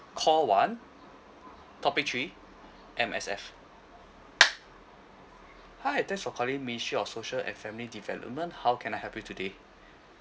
call one topic three M_S_F hi thanks for calling ministry of social and family development how can I help you today